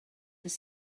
dydd